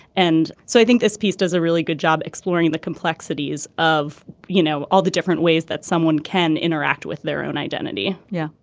and so i think this piece does a really good job exploring the complexities of you know all the different ways that someone can interact with their own identity yeah.